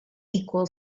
equal